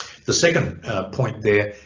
the second point there,